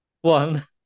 One